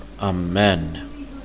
Amen